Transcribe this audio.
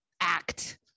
act